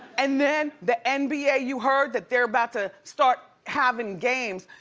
and then the and nba, you heard? that they're about to start having games,